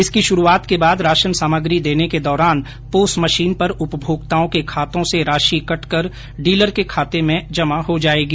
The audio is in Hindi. इसकी शुरुआत के बाद राशन सामग्री देने के दौरान पोस मशीन पर उपभोक्ताओं के खातों से राशि कटकर डीलर के खाते में जमा हो जाएगी